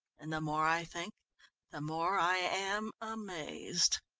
and the more i think the more i am amazed.